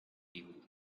evil